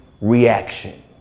reaction